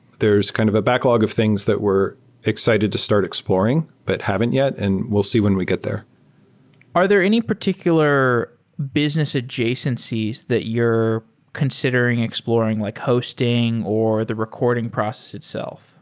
there's kind of a backlog of things that we're excited to start exploring, but haven't yet and we'll see when we get are there any particular business adjacencies that you're considering exploring, like hosting, or the recording process itself?